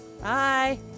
Bye